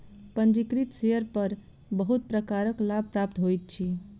पंजीकृत शेयर पर बहुत प्रकारक लाभ प्राप्त होइत अछि